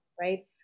right